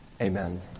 Amen